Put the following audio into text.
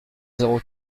zéro